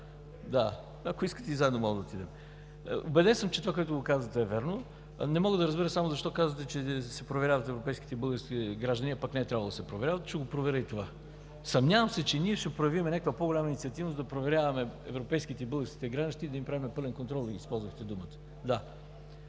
Ако искате и заедно можем да отидем. Убеден съм, че това, което казвате, е вярно. Не мога да разбера само защо казвате, че се проверяват европейските и българските граждани, а пък не е трябвало да се проверяват. Ще го проверя и това. Съмнявам се, че ние ще проявим някаква по-голяма инициативност – да проверяваме европейските и българските граждани и да им правим „пълен контрол“ – Вие използвахте думата,